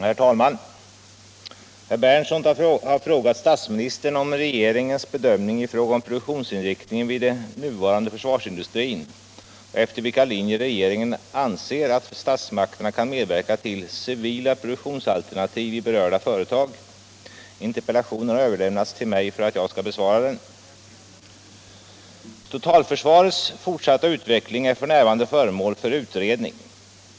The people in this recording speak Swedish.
Herr talman! Herr Berndtson har frågat statsministern om regeringens bedömning i fråga om produktionsinriktningen vid den nuvarande försvarsindustrin och efter vilka linjer regeringen anser att statsmakterna kan medverka till civila produktionsalternativ i berörda företag. Interpellationen har överlämnats till mig för att jag skall besvara den. Totalförsvarets fortsatta utveckling är f. n. föremål för utredning.